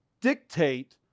dictate